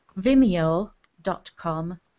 vimeo.com